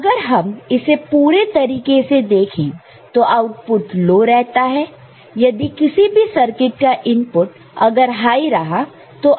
अगर हम इसे पूरी तरीके से देखें तो आउटपुट लो रहता है यदि किसी भी सर्किट का इनपुट अगर हाई रहा तो